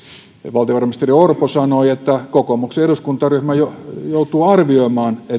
valtiovarainministeri orpo sanoi että kokoomuksen eduskuntaryhmä joutuu arvioimaan